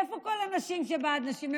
איפה כל הנשים שבעד נשים?